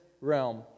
realm